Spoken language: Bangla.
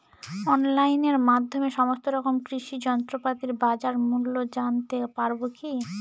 অনলাইনের মাধ্যমে সমস্ত রকম কৃষি যন্ত্রপাতির বাজার মূল্য জানতে পারবো কি?